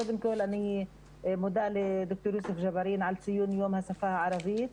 קודם כל אני מודה לד"ר יוסף ג'בארין על ציון יום השפה הערבית.